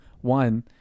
one